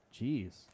Jeez